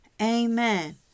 Amen